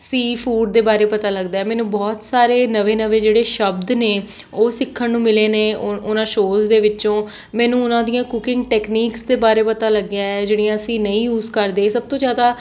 ਸੀ food ਦੇ ਬਾਰੇ ਪਤਾ ਲੱਗਦਾ ਮੈਨੂੰ ਬਹੁਤ ਸਾਰੇ ਨਵੇਂ ਨਵੇਂ ਜਿਹੜੇ ਸ਼ਬਦ ਨੇ ਉਹ ਸਿੱਖਣ ਨੂੰ ਮਿਲੇ ਨੇ ਉ ਉਹਨਾਂ ਸ਼ੋਅਜ਼ ਦੇ ਵਿੱਚੋਂ ਮੈਨੂੰ ਉਹਨਾਂ ਦੀਆਂ ਕੁਕਿੰਗ ਟੈਕਨੀਕਸ ਦੇ ਬਾਰੇ ਪਤਾ ਲੱਗਿਆ ਜਿਹੜੀਆਂ ਅਸੀਂ ਨਹੀਂ ਯੂਜ ਕਰਦੇ ਸਭ ਤੋਂ ਜ਼ਿਆਦਾ